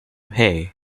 hay